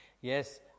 Yes